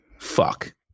fuck